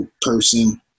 person